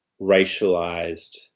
racialized